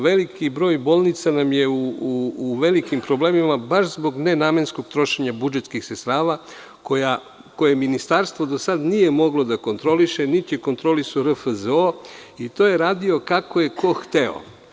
Veliki broj bolnica nam je u velikim problemima baš zbog nenamenskog trošenja budžetskih sredstava koje ministarstvo do sada nije moglo da kontroliše, niti je kontrolisao RFZO i to je radio kako je ko hteo.